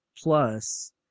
plus